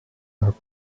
are